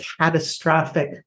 catastrophic